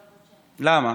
למה?